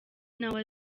nawe